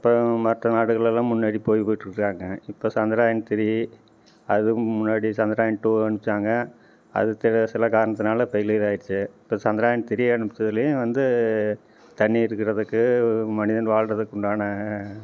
அப்புறம் மற்ற நாடுகளெல்லாம் முன்னாடி போய் போய்ட்ருக்குறாங்க இப்போ சந்திராயன் த்ரீ அதுக்கும் முன்னாடி சந்திராயன் டூ அனுப்பிச்சாங்க அது சில காரணத்தினால் ஃபெயிலியர் ஆகிடுச்சு இப்போ சந்திராயன் த்ரீ அனுப்ச்சதுலேயும் வந்து தண்ணி இருக்கிறதுக்கு மனிதன் வாழ்கிறதுக் உண்டான